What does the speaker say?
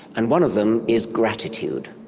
and one of them is gratitude,